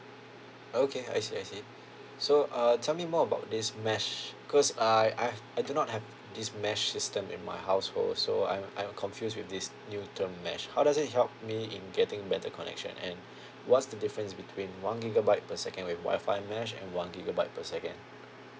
okay I see I see so uh tell me more about this mesh because I I've I do not have this mesh system in my household so I'm I'm confused with this new to mesh how does it help me in getting better connection and what's the difference between one gigabyte per second with wifi mesh and one gigabyte per second